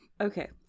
Okay